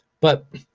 but,